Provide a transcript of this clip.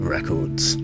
Records